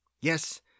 Yes